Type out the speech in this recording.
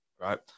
right